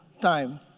time